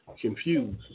confused